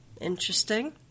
Interesting